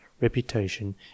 reputation